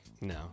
No